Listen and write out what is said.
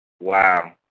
wow